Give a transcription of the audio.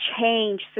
change